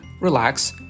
relax